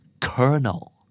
Colonel